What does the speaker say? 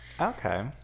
Okay